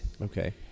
Okay